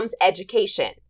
education